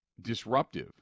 disruptive